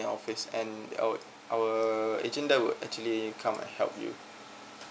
office and our our agent there will actually come and help you